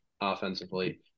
offensively